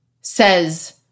says